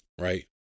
right